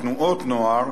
בתנועות נוער,